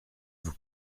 vous